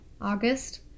August